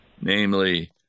Namely